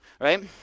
Right